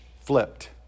flipped